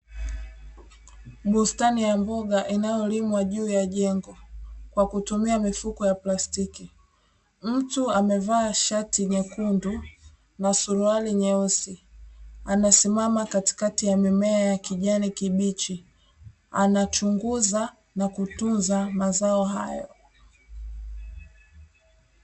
Bustani ya mboga inayolimwa juu ya jengo kwa kutumia mifuko ya plastiki, mtu amevaa shati nyekundu na suruali nyeusi anasimama katikati ya mimea ya kijani kibichi anachunguza na kutunza mazao hayo.